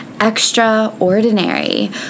extraordinary